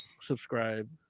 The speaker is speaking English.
subscribe